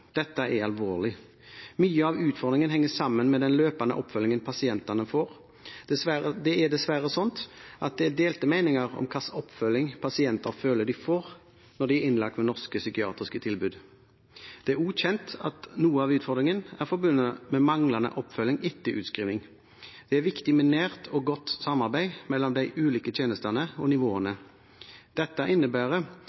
Dette er alvorlig. Mye av utfordringen henger sammen med den løpende oppfølgingen pasientene får. Det er dessverre slik at det er delte meninger om hvilken oppfølging pasienter føler de får, når de er innlagt ved norske psykiatriske tilbud. Det er også kjent at noe av utfordringen er forbundet med manglende oppfølging etter utskriving. Det er viktig med nært og godt samarbeid mellom de ulike tjenestene og nivåene.